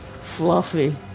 Fluffy